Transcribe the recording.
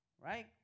Right